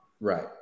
Right